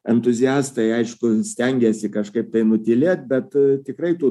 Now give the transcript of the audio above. entuziastai aišku stengėsi kažkaip tai nutylėt bet tikrai tų